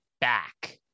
back